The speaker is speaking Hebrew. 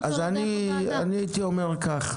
אני הייתי אומר כך,